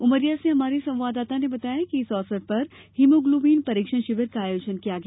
उमरिया से हमारे संवाददाता ने बताया है कि इस अवसर पर हीमोग्लोबिन परीक्षण शिविर का आयोजन किया गया